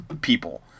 people